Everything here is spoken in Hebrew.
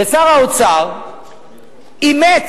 ושר האוצר אימץ,